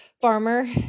farmer